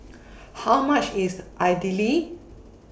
How much IS Idili